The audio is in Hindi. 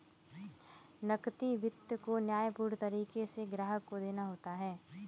नकदी वित्त को न्यायपूर्ण तरीके से ग्राहक को देना होता है